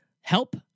Help